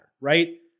right